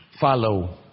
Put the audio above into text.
follow